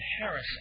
Harris